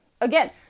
Again